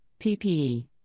PPE